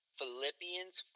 Philippians